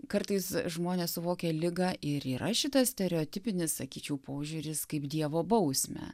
kartais žmonės suvokia ligą ir yra šitas stereotipinis sakyčiau požiūris kaip dievo bausmę